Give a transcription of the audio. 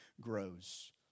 grows